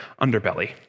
underbelly